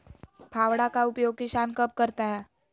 फावड़ा का उपयोग किसान कब करता है?